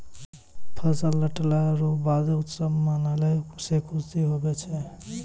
फसल लटला रो बाद उत्सव मनैलो से खुशी हुवै छै